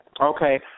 Okay